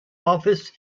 office